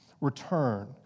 return